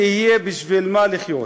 כדי שיהיה בשביל מה לחיות.